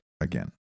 again